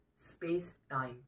space-time